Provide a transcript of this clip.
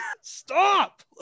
stop